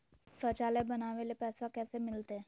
शौचालय बनावे ले पैसबा कैसे मिलते?